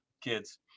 kids